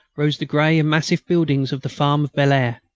rose the grey and massive buildings of the farm of bel-air.